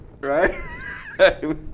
right